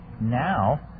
Now